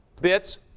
bits